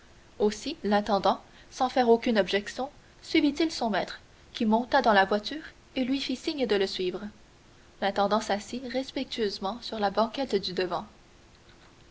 aussi l'intendant sans faire aucune objection suivit il son maître qui monta dans la voiture et lui fit signe de le suivre l'intendant s'assit respectueusement sur la banquette du devant